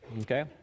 okay